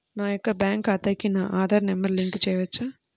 నా యొక్క బ్యాంక్ ఖాతాకి నా ఆధార్ నంబర్ లింక్ చేయవచ్చా?